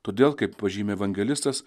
todėl kaip pažymi evangelistas